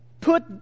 put